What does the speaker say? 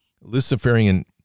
Luciferian